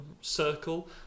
circle